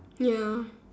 ya